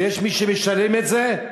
ויש מי שמשלם את זה,